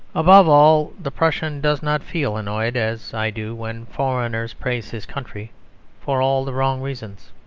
above all, the prussian does not feel annoyed, as i do, when foreigners praise his country for all the wrong reasons.